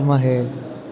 Taj Mahal